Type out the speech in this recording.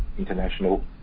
international